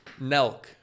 Nelk